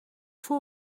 voor